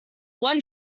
one